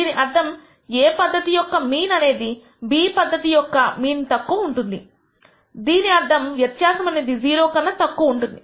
దీని అర్థం A పద్ధతి యొక్క మీన్ అనేది B పద్ధతి యొక్క మీన్ తక్కువ ఉంటుంది దీని అర్థం వ్యత్యాసం అనేది 0 కన్నా తక్కువ ఉంటుంది